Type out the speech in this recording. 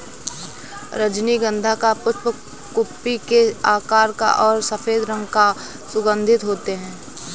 रजनीगंधा का पुष्प कुप्पी के आकार का और सफेद रंग का सुगन्धित होते हैं